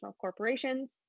corporations